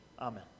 Amen